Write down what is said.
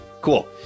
Cool